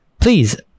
Please